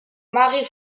marie